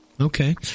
okay